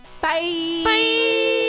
Bye